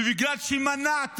ובגלל שמנעת